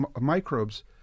microbes